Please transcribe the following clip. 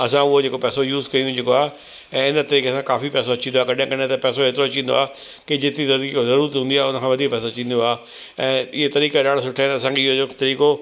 असां उहो जेको पैसो यूस कयूं जेको आहे ऐं हिन तरीक़े सां काफ़ी पैसो अची वेंदो आहे कॾहिं कॾहिं त पैसो हेतिरो अची वेंदो आहे की जेतिरी वधीक ज़रूरत हूंदी आहे उन खां वधीक पैसो अची वेंदो आहे ऐं इहे तरीक़ा ॾाढा सुठा आहिनि असांखे इहो जेको तरीक़ो